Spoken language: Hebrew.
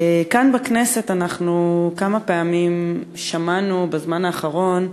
כאן בכנסת שמענו כמה פעמים בזמן האחרון,